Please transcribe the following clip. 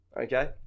Okay